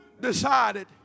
decided